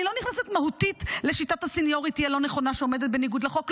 אני לא נכנסת מהותית לשיטת הסניוריטי הלא-נכונה שעומדת בניגוד לחוק.